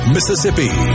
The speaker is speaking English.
Mississippi